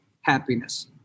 happiness